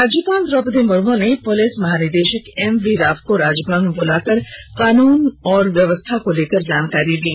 राज्यपाल द्रौपदी मुर्मू ने पुलिस महानिदेशक एमवी राव को राजभवन बुलाकर कानून एवं व्यवस्था को लेकर जानकारी ली